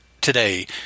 today